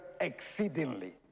exceedingly